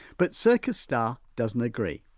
but circus starr doesn't agree.